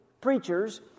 preachers